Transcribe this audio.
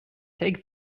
take